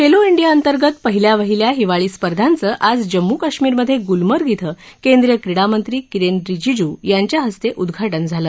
Khelo India अंतर्गत पहिल्या वहिल्या हिवाळी स्पर्धांचं आज जम्मू काश्मीरमध्ये गुलमर्ग इथं केंद्रीय क्रीडा मंत्री किरेन रिजिजू यांच्या हस्ते उद्घाटन झालं